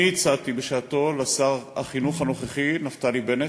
אני הצעתי בשעתו לשר החינוך הנוכחי נפתלי בנט,